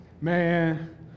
Man